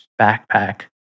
backpack